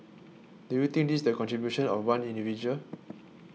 do you think this is the contribution of one individual